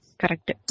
Correct